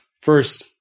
First